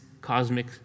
cosmic